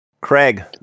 Craig